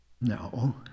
no